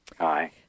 Hi